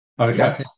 Okay